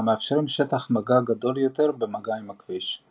המאפשרים שטח מגע גדול יותר במגע עם הכביש.